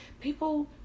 people